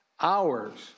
Hours —